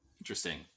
Interesting